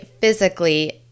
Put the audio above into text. physically